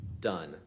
Done